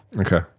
Okay